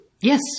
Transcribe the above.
yes